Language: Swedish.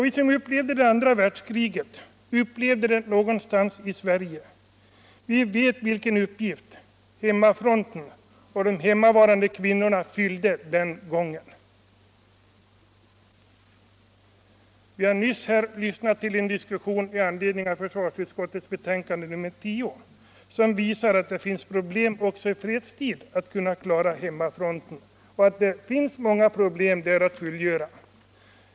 Vi som upplevde det andra världskriget ”någonstans i Sverige” vet vilken uppgift hemmafronten och de hemmavarande kvinnorna fyllde den gången. Den diskussion vi nyss lyssnade till med anledning av försvarsutskottets betänkande nr 10 visade att det finns problem också i fredstid att klara hemmafronten och att det där finns många uppgifter att fullgöra.